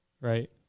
right